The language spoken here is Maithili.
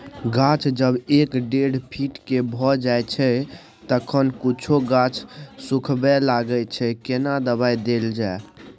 गाछ जब एक डेढ फीट के भ जायछै तखन कुछो गाछ सुखबय लागय छै केना दबाय देल जाय?